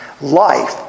life